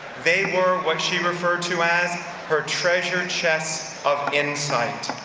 they were what she referred to as her treasure and chest of insight.